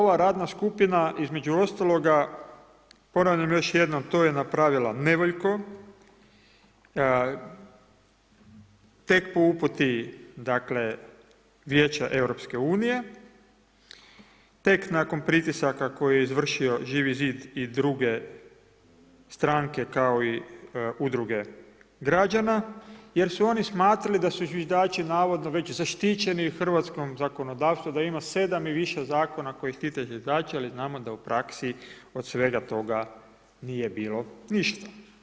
Nadalje, ova radna skupna između ostaloga, ponavljam još jednom, to je napravila nevoljko, tek po uputi vijeća EU, tek nakon pritisaka koje je izvršio Živi zid i druge stranke kao i udruge građana jer su oni smatrali da su zviždači navodno već zaštićeni u hrvatskom zakonodavstvu, da ima 7 i više zakona koji štite zviždače, a znamo da u praksi od svega toga nije bilo ništa.